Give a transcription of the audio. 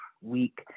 week